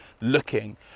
looking